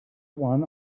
one